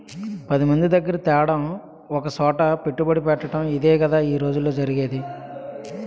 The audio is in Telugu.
పదిమంది దగ్గిర తేడం ఒకసోట పెట్టుబడెట్టటడం ఇదేగదా ఈ రోజుల్లో జరిగేది